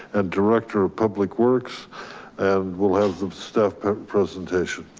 and director of public works and we'll have the stuff presentation.